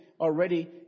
already